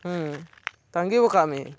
ᱛᱟᱹᱜᱤᱣᱟᱠᱟᱫ ᱢᱤᱭᱟᱹᱧ